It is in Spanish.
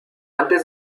antes